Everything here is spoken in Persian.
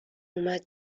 اومد